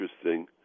interesting